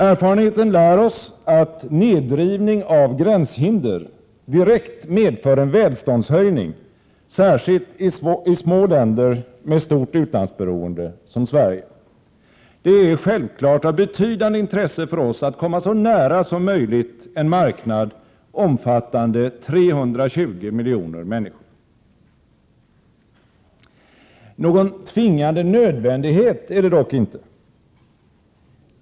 Erfarenheten lär oss att nedrivning av gränshinder direkt medför en välståndshöjning, särskilt i små länder med stort utlandsberoende som Sverige. Det är självfallet av betydande intresse för oss att komma så nära som möjligt en marknad omfattande 320 miljoner människor. Någon tvingande nödvändighet är det dock inte.